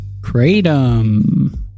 Kratom